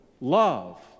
love